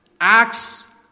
acts